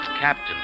captain